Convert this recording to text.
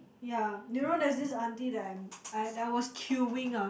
ya you know there's this aunty that I'm that I was queueing ah